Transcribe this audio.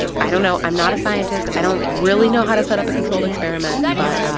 i don't know. i'm not a scientist. i don't really know how to set up a controlled experiment. but